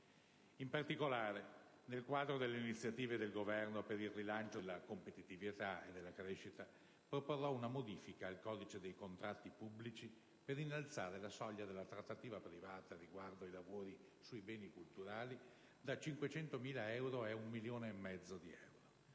In particolare, nel quadro delle iniziative del Governo per il rilancio della competitività e della crescita, proporrò una modifica al codice dei contratti pubblici, per innalzare la soglia della trattativa privata riguardo ai lavori sui beni culturali da 500.000 euro ad 1,5 milioni di euro.